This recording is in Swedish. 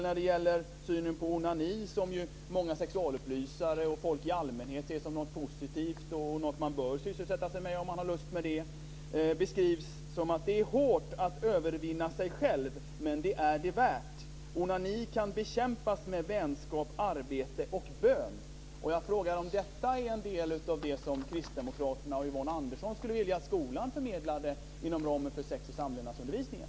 När det gäller synen på onani, som ju många sexualupplysare och folk i allmänhet ser som något positivt och som något som man bör sysselsätta sig med om man har lust med det, står det t.ex. "Det är hårt att övervinna sig själv, men det är det värt. Onani kan bekämpas med vänskap, arbete och bön." Jag frågar om detta är en del av det som kristdemokraterna och Yvonne Andersson skulle vilja att skolan förmedlade inom ramen för sex och samlevnadsundervisningen.